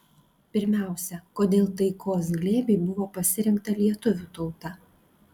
pirmiausia kodėl taikos glėbiui buvo pasirinkta lietuvių tauta